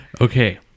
Okay